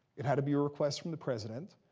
it had to be a request from the president,